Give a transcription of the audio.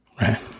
Right